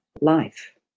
life